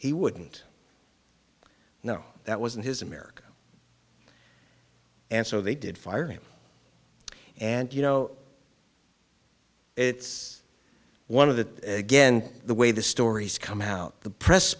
he wouldn't know that was in his america and so they did fire him and you know it's one of the again the way the stories come out the press